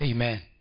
Amen